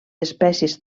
espècies